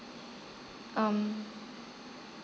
um